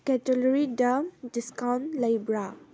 ꯀꯦꯇꯂꯔꯤꯗ discount ꯂꯩꯕ꯭ꯔꯥ